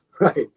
right